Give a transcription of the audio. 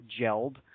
gelled